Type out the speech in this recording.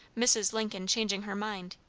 mrs. lincoln changing her mind,